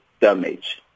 damage